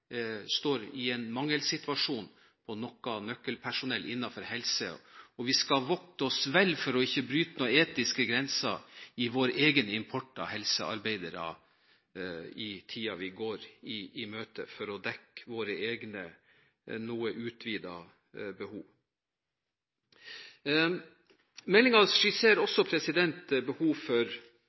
i en mangelsituasjon på noe nøkkelpersonell innenfor helse. Vi skal vokte oss vel for ikke å bryte noen etiske grenser i vår egen import av helsearbeidere for å dekke våre egne noe utvidede behov i tiden vi går i møte. Meldingen skisserer også behov for